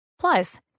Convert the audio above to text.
Plus